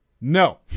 no